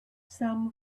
some